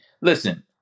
listen